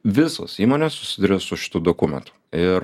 visos įmonės susiduria su šituo dokumentu ir